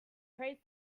prays